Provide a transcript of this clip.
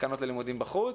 תקנות ללימודים בחוץ.